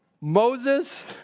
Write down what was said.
Moses